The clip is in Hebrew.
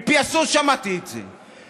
מפי הסוס שמעתי את זה.